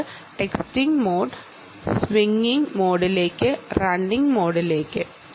texting മോഡിൽ തുടങ്ങി അത് സ്വിംഗിംഗ് മോഡിലേക്കും റണ്ണിംഗ് മോഡിലേക്കും പോകുന്നു